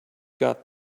got